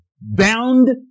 bound